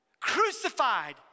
crucified